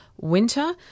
winter